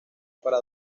para